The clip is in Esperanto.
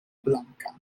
blanka